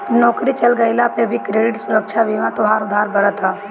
नोकरी चल गइला पअ भी क्रेडिट सुरक्षा बीमा तोहार उधार भरत हअ